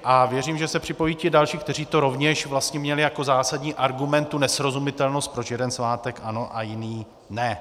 A věřím, že se připojí i ti další, kteří to rovněž vlastně měli jako zásadní argument, tu nesrozumitelnost, proč jeden svátek ano a jiný ne.